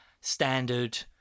standard